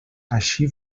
així